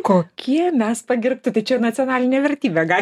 kokie mes pagerbti tai čia nacionalinė vertybė gal